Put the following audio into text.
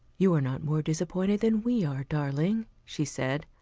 you are not more disappointed than we are, darling, she said.